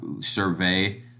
survey